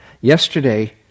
yesterday